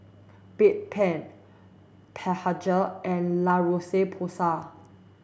Bedpan Blephagel and La Roche Porsay